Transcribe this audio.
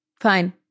Fine